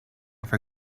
for